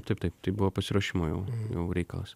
taip taip tai buvo pasiruošimo jau jau reikalas